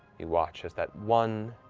watch as that one